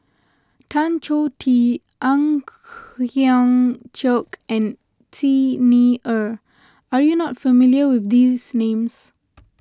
Tan Choh Tee Ang Hiong Chiok and Xi Ni Er are you not familiar with these names